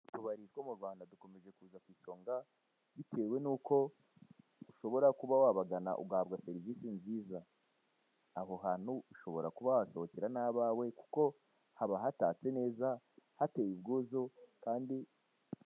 Utubari two mu Rwanda dukomeje kuza ku isonga, bitewe n'uko ushobora kuba wabagana, ugahabwa serivise nziza. Aho hantu ushobora kuba wahasohokera n'abawe kuko baha hatatse neza, heteye ubwuzu kandi.